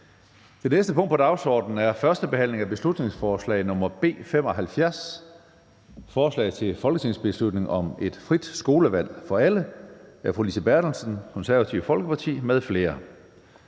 Det næste punkt på dagsordenen er: 3) 1. behandling af beslutningsforslag nr. B 75: Forslag til folketingsbeslutning om et frit skolevalg for alle. Af Lise Bertelsen (KF) m.fl.